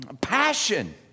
passion